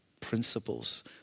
principles